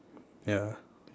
ya